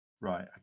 Right